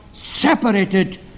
Separated